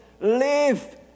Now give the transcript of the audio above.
live